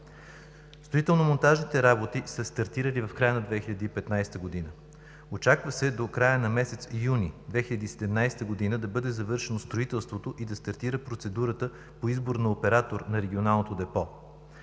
Строително-монтажните работи са стартирали в края на 2015 г. Очаква се до края на месец юни 2017 г. да бъде завършено строителството и да стартира процедурата по избор на оператор на регионалното депо.